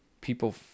people